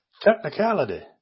technicality